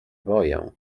boję